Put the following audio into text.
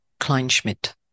Kleinschmidt